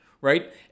right